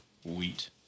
Wheat